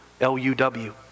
l-u-w